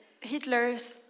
Hitler's